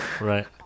Right